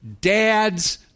dads